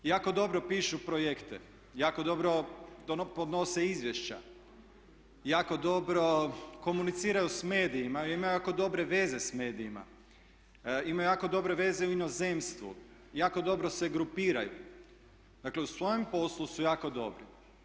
Jako dobro pišu projekte, jako dobro podnose izvješća, jako dobro komuniciraju s medijima i imaju jako dobre veze sa medijima, imaju jako dobre veze u inozemstvu, jako dobro se grupiraju, dakle u svojem poslu su jako dobri.